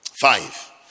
Five